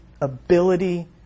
ability